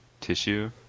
tissue